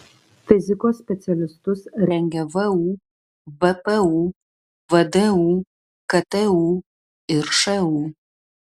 fizikos specialistus rengia vu vpu vdu ktu ir šu